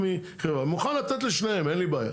אני מוכן לתת לשתיהן, אין לי בעיה.